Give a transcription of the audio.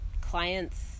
clients